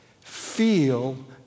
feel